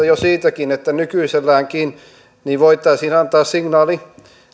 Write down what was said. jo siitäkin että nykyiselläänkin voitaisiin antaa signaali